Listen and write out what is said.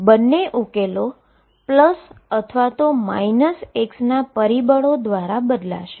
બંને ઉકેલો ફક્ત અથવા 1 ના પરિબળ દ્વારા બદલાશે